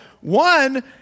One